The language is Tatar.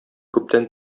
күптән